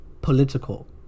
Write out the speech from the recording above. political